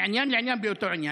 מעניין לעניין באותו עניין,